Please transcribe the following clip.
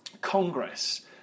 Congress